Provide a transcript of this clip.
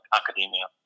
academia